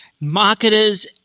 marketers